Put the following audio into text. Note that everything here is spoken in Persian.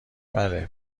بلکه